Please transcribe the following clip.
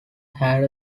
had